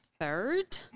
third